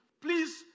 please